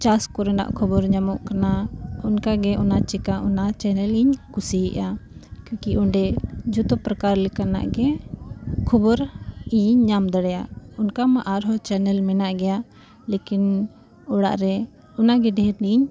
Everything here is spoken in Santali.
ᱪᱟᱥ ᱠᱚᱨᱮᱱᱟᱜ ᱠᱷᱚᱵᱚᱨ ᱧᱟᱢᱚᱜ ᱠᱟᱱᱟ ᱚᱱᱠᱟᱜᱮ ᱚᱱᱟ ᱪᱤᱠᱟᱹ ᱚᱱᱟ ᱪᱮᱱᱮᱞ ᱤᱧ ᱠᱩᱥᱤᱭᱟᱜᱼᱟ ᱠᱤᱭᱩᱠᱤ ᱚᱸᱰᱮ ᱡᱷᱚᱛᱚ ᱯᱨᱚᱠᱟᱨ ᱞᱮᱠᱟᱱᱟᱜ ᱜᱮ ᱠᱷᱚᱵᱚᱨ ᱤᱧᱤᱧ ᱧᱟᱢ ᱫᱟᱲᱮᱭᱟᱜ ᱚᱱᱠᱟ ᱢᱟ ᱟᱨᱦᱚᱸ ᱪᱮᱱᱮᱞ ᱢᱮᱱᱟᱜ ᱜᱮᱭᱟ ᱞᱮᱠᱤᱱ ᱚᱲᱟᱜ ᱨᱮ ᱚᱱᱟᱜᱮ ᱰᱷᱮᱨ ᱤᱧ